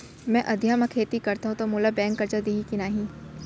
मैं अधिया म खेती करथंव त मोला बैंक करजा दिही के नही?